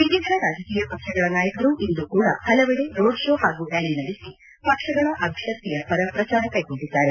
ವಿವಿಧ ರಾಜಕೀಯ ಪಕ್ಷಗಳ ನಾಯಕರು ಇಂದೂ ಕೂಡ ಹಲವೆಡೆ ರೋಡ್ ಶೋ ಹಾಗೂ ರ್್ಯಾಲಿ ನಡೆಸಿ ಪಕ್ಷಗಳ ಅಭ್ಯರ್ಥಿಯ ಪರ ಪ್ರಚಾರ ಕೈಗೊಂಡಿದ್ದಾರೆ